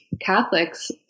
Catholics